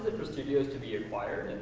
for studios to be acquired,